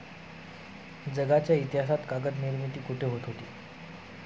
जगाच्या इतिहासात कागद निर्मिती कुठे होत होती?